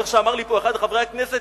או איך שאמר לי פה אחד מחברי הכנסת,